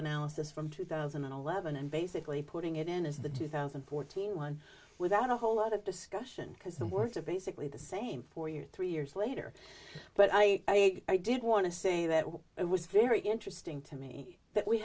analysis from two thousand and eleven and basically putting it in as the two thousand and fourteen one without a whole lot of discussion because the words are basically the same for your three years later but i i did want to say that it was very interesting to me that we